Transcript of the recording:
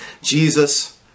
Jesus